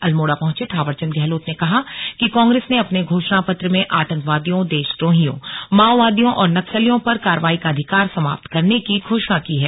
अल्मोड़ा पहुंचे थावरचंद गहलोत ने कहा कि कांग्रेस ने अपने घोषणापत्र में आतंकवादियों देशद्रोहियों माओवादियों और नक्सलियों पर कार्रवाई का अधिकार समाप्त करने की घेषणा की है